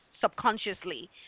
subconsciously